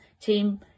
team